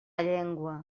llengua